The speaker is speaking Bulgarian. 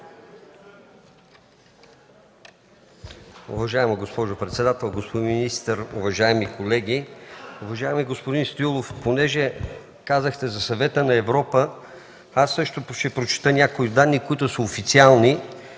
Уважаема госпожо председател, господин министър, уважаеми колеги! Уважаеми господин Стоилов, понеже казахте за Съвета на Европа, аз също ще прочета някои официални